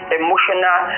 emotional